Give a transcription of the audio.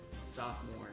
sophomore